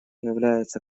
являются